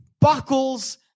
buckles